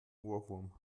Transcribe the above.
ohrwurm